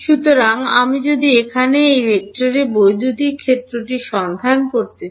সুতরাং আমি যদি এখানে এই ভেক্টরে বৈদ্যুতিক ক্ষেত্রটি সন্ধান করতে চাই